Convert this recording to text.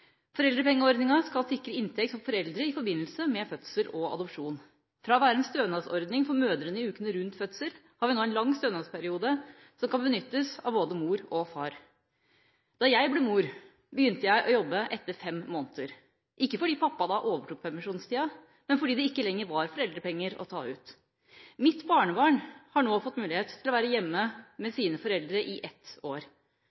Foreldrepengeordninga skal sikre inntekt for foreldre i forbindelse med fødsel og adopsjon. Fra å være en stønadsordning for mødrene i ukene rundt fødsel har vi nå en lang stønadsperiode som kan benyttes av både mor og far. Da jeg ble mor, begynte jeg å jobbe etter fem måneder – ikke fordi pappa da overtok permisjonstida, men fordi det ikke lenger var foreldrepenger å ta ut. Mitt barnebarn har nå fått mulighet til å være hjemme med sine foreldre i ett år.